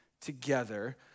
together